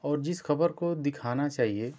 और जिस खबर को दिखाना चाहिए